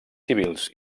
civils